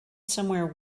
somewhere